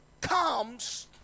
comes